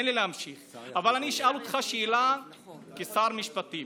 אבל אני אשאל אותך שאלה כשר משפטים: